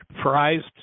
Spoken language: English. prized